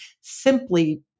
simply